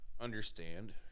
understand